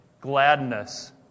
gladness